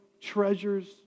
treasures